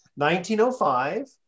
1905